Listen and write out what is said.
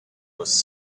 was